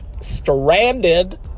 stranded